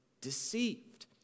deceived